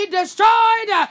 destroyed